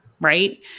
right